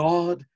God